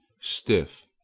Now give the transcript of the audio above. stiff